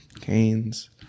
canes